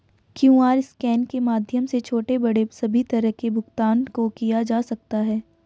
QR scan के माध्यम से छोटे बड़े सभी तरह के भुगतान को किया जा सकता है